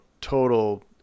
total